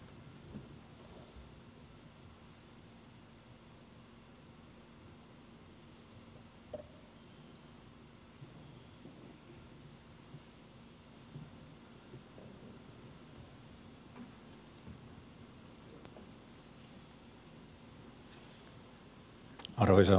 arvoisa puhemies